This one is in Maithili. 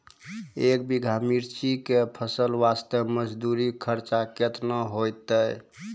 एक बीघा मिर्ची के फसल वास्ते मजदूरी खर्चा केतना होइते?